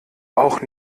auch